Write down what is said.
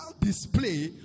display